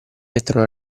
mettono